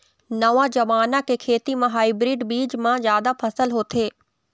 नवा जमाना के खेती म हाइब्रिड बीज म जादा फसल होथे